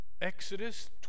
Exodus